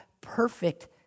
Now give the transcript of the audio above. perfect